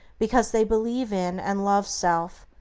because they believe in and love self,